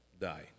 die